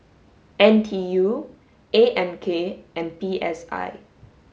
N T U A M K and P S I